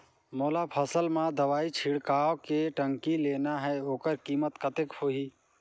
मोला फसल मां दवाई छिड़काव के टंकी लेना हे ओकर कीमत कतेक होही?